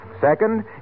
Second